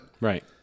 Right